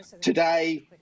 today